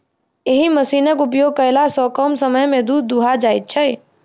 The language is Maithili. एहि मशीनक उपयोग कयला सॅ कम समय मे दूध दूहा जाइत छै